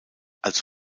als